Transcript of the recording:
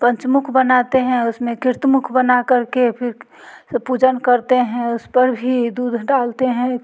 पंचमुख बनाते हैं उस में कृत मुख बना कर के फिर पूजन करते हैं उस पर भी दूध डालते हैं